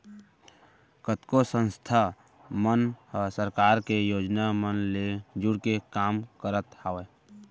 कतको संस्था मन ह सरकार के योजना मन ले जुड़के काम करत हावय